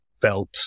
felt